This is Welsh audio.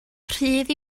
rhydd